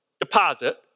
deposit